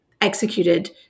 executed